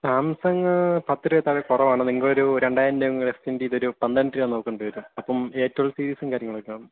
Samsung പത്തു രൂപയിൽത്താഴെ കുറവാണ് നിങ്ങളൊരു രണ്ടായിരം രൂപയും കൂടെ എക്സ്റ്റെൻഡ് ചെയ്തൊരു പന്ത്രണ്ടുരൂപ നോക്കേണ്ടിവരും അപ്പം ഏ ട്വൽവ് സീരീസും കാര്യങ്ങളൊക്കെയുണ്ട്